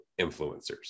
influencers